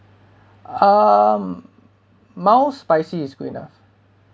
um mild spicy is good enough